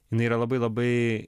jinai yra labai labai